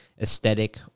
aesthetic